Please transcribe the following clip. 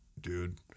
dude